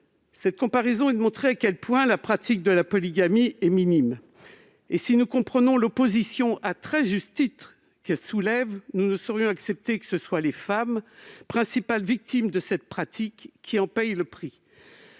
cette comparaison, il s'agit de montrer à quel point la pratique de la polygamie est minime. Si nous comprenons l'opposition qu'elle soulève à juste titre, nous ne saurions accepter que ce soit les femmes, principales victimes de cette pratique, qui en payent le prix.